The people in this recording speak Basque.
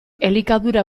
elikadura